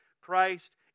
Christ